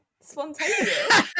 Spontaneous